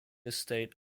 estate